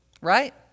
right